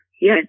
yes